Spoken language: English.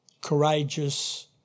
courageous